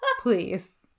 Please